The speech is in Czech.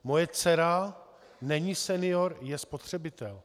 Moje dcera není senior, je spotřebitel.